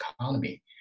economy